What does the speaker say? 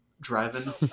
driving